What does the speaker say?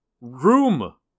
Room